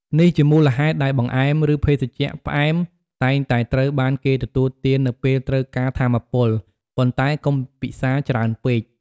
នេះជាមូលហេតុដែលបង្អែម ឬភេសជ្ជៈផ្អែម តែងតែត្រូវបានគេទទួលទាននៅពេលត្រូវការថាមពល ប៉ុន្តែកុំពិសារច្រើនពេក។